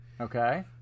Okay